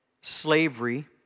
slavery